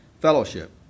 fellowship